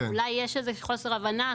אולי יש איזה חוסר הבנה.